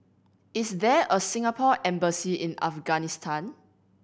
is there a Singapore Embassy in Afghanistan